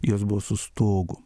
jos buvo su stogu